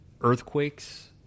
earthquakes